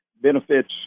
benefits